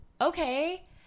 okay